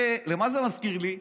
מה זה מזכיר לי?